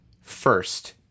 first